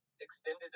extended